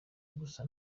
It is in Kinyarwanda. gusa